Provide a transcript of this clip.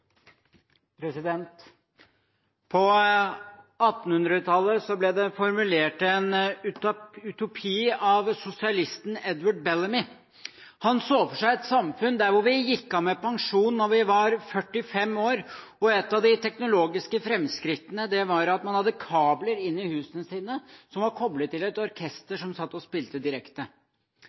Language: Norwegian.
På 1800-tallet ble det formulert en utopi av sosialisten Edward Bellamy. Han så for seg et samfunn hvor vi gikk av med pensjon da vi var 45 år, og et av de teknologiske framskrittene var at man hadde kabler inne i husene sine, som var koblet til et orkester, som satt og spilte direkte.